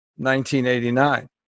1989